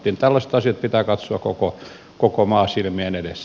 tällaiset asiat pitää katsoa koko maa silmien edessä